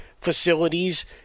facilities